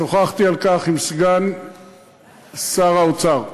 שוחחתי על כך עם סגן שר האוצר,